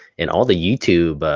and all the youtube,